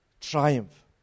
triumph